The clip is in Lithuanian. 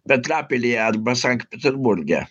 petrapilyje arba sankt peterburge